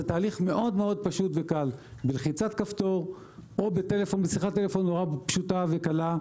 זה תהליך מאוד פשוט וקל בלחיצת כפתור או בשיחת טלפון פשוטה וקלה.